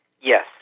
Yes